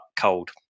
cold